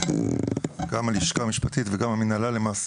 --- גם הלשכה המשפטית וגם המנהלה, למעשה,